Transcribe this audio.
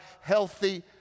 healthy